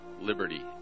liberty